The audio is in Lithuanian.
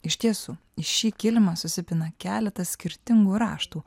iš tiesų į šį kilimą susipina keletas skirtingų raštų